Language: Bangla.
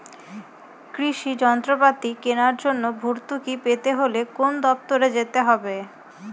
কৃষি যন্ত্রপাতি কেনার জন্য ভর্তুকি পেতে হলে কোন দপ্তরে যেতে হবে?